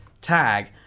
tag